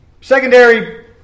secondary